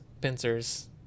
pincers